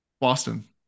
Boston